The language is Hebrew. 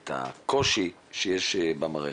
את הקושי שיש במערכת.